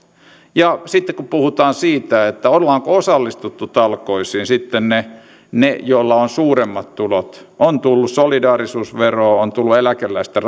sitten kun puhutaan siitä ovatko osallistuneet talkoisiin sitten ne ne joilla on suuremmat tulot on tullut solidaarisuusveroa on tullut eläkeläisten